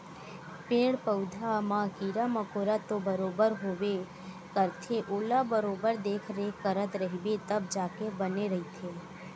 पेड़ पउधा म कीरा मकोरा तो बरोबर होबे करथे ओला बरोबर देखरेख करत रहिबे तब जाके बने रहिथे